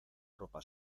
ropa